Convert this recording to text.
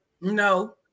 No